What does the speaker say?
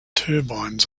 turbines